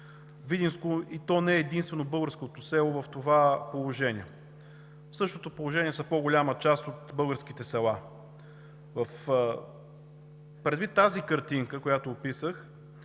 пример. То не е единствено българско село в това положение. В същото положение са по-голяма част от българските села. Предвид тази картинка, която описах,